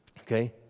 Okay